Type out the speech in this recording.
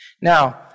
Now